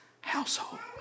household